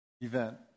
event